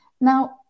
Now